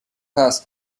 فست